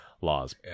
laws